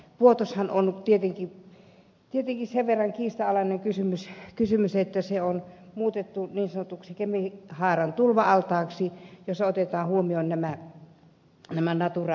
vuotoshan on tietenkin sen verran kiistanalai nen kysymys että se on muutettu niin sanotuksi kemihaaran tulva altaaksi jossa otetaan huomioon nämä natura suojelualueitten vaatimukset